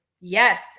Yes